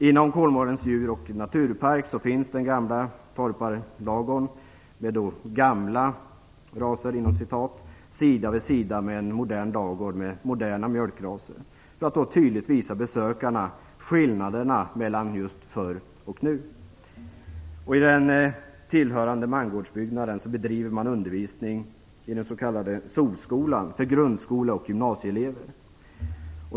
Inom Kolmårdens djur och naturpark finns den gamla torparladugården med "gamla" raser sida vid sida med en modern ladugård med moderna mjölkraser - detta för att tydligt visa besökarna skillnaderna mellan förr och nu. I den tillhörande mangårdsbyggnaden bedriver man undervisning i den s.k. solskolan för grundskole och gymnasieelever.